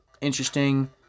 Interesting